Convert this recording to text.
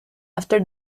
after